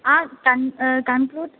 आ con conclude